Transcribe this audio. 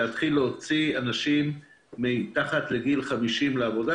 אנשים מתחת לגיל 50 לעבודה,